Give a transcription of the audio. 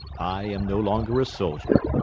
i am no longer a soldier.